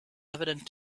evident